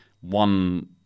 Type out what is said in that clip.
one